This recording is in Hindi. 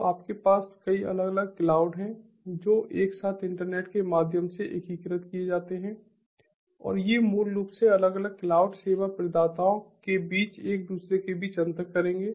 तो आपके पास कई अलग अलग क्लाउड हैं जो एक साथ इंटरनेट के माध्यम से एकीकृत किए जाते हैं और ये मूल रूप से अलग अलग क्लाउड सेवा प्रदाताओं के बीच एक दूसरे के बीच अंतर करेंगे